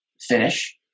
finish